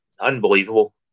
unbelievable